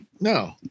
No